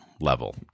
level